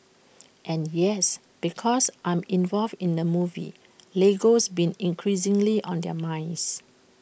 and yes because I'm involved in the movie Lego's been increasingly on their minds